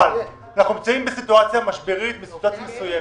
אבל אנחנו נמצאים בסיטואציה משברית מסוימת.